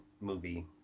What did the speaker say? movie